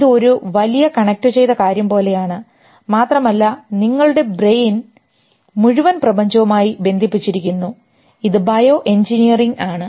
ഇത് ഒരു വലിയ കണക്റ്റുചെയ്ത കാര്യം പോലെയാണ് മാത്രമല്ല നിങ്ങളുടെ ബ്രെയിൻ മുഴുവൻ പ്രപഞ്ചവുമായി ബന്ധിപ്പിച്ചിരിക്കുന്നു ഇത് ബയോ എഞ്ചിനീയറിംഗ് ആണ്